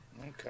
Okay